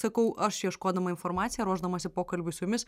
sakau aš ieškodama informaciją ruošdamasi pokalbiui su jumis